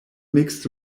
mixed